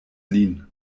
lin